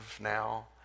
now